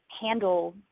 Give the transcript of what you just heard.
handle